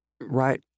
right